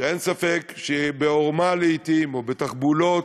שאין ספק שבעורמה לעתים, או בתחבולות,